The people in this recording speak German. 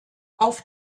auf